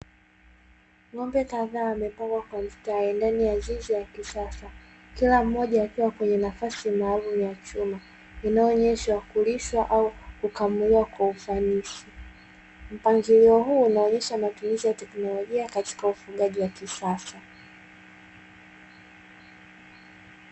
Ng'ombe kadhaa wamepangwa kwa mstari ndani ya zizi la kisasa, kila mmoja akiwa kwenye nafasi maalumu ya chuma inayoonyesha kulishwa au kukamiliwa kwa ufanisi, mpangilio huu unaonyesha matumizi ya teknolojia katika ufugaji wa kisasa.